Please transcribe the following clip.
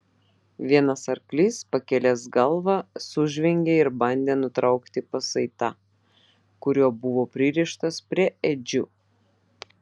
vienas arklys pakėlęs galvą sužvengė ir bandė nutraukti pasaitą kuriuo buvo pririštas prie ėdžių